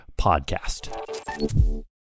podcast